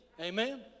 Amen